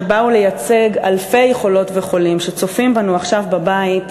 שבאו לייצג אלפי חולות וחולים שצופים בנו עכשיו בבית,